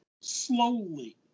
slowly